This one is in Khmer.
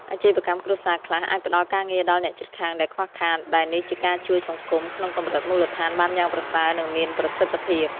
អាជីវកម្មគ្រួសារខ្លះអាចផ្ដល់ការងារដល់អ្នកជិតខាងដែលខ្វះខាត ដែលនេះជាការជួយសង្គមក្នុងកម្រិតមូលដ្ឋានបានយ៉ាងប្រសើរ និងមានប្រសិទ្ធភាព។